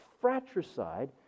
fratricide